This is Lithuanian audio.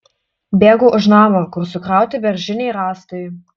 bėgu už namo kur sukrauti beržiniai rąstai